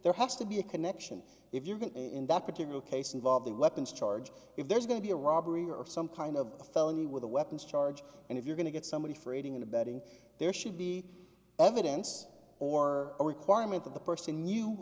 there has to be a connection if you're going in that particular case involving weapons charge if there's going to be a robbery or some kind of a felony with a weapons charge and if you're going to get somebody for aiding and abetting there should be evidence or a requirement that the person